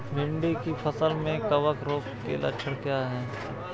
भिंडी की फसल में कवक रोग के लक्षण क्या है?